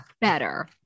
better